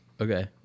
Okay